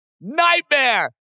Nightmare